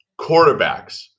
quarterbacks